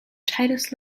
titus